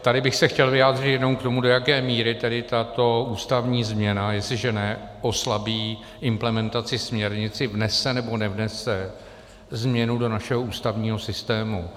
Tady bych se chtěl vyjádřit jenom k tomu, do jaké míry tedy tato ústavní změna, jestliže neoslabí implementaci směrnice, vnese, nebo nevnese změnu do našeho ústavního systému.